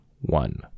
one